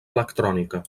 electrònica